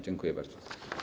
Dziękuję bardzo.